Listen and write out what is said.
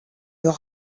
your